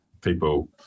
people